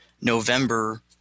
November